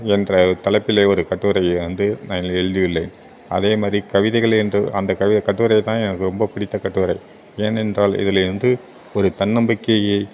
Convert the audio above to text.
என்ற தலைப்பில் ஒரு கட்டுரை வந்து நான் எழுதியுள்ளேன் அதே மாதிரி கவிதைகளே என்ற அந்த கவி கட்டுரை தான் எனக்கு பிடித்த கட்டுரை ஏனென்றால் இதுலேருந்து ஒரு தன்னம்பிக்கையை